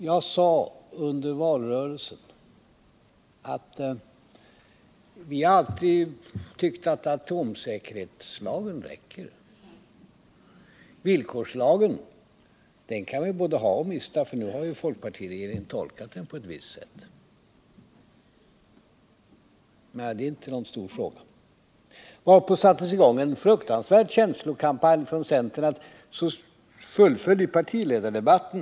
Jag sade under valrörelsen att vi alltid tyckt att atomsäkerhetslagen räcker och att vi kan både ha och mista villkorslagen, eftersom folkpartiregeringen tolkat den på ett visst sätt. Efter detta uttalande sattes det i gång en våldsam känslokampanj från centerpartiets sida, och den fortsatte i partiledardebatten.